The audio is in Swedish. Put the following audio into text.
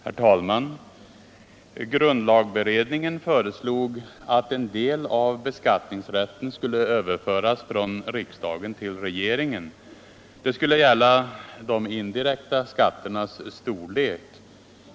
Herr talman! Grundlagberedningen föreslog att en del av beskattningsrätten skulle överföras från riksdagen till regeringen. Det skulle gälla de indirekta skatternas storlek.